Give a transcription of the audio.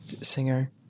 singer